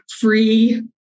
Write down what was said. free